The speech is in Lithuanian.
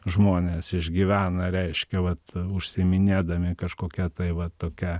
žmonės išgyvena reiškia vat užsiiminėdami kažkokia tai va tokia